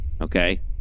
Okay